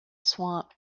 swamp